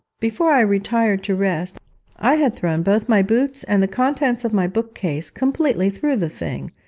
before i retired to rest i had thrown both my boots and the contents of my bookcase completely through the thing,